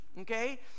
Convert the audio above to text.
okay